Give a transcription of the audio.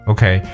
Okay